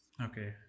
Okay